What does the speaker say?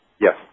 Yes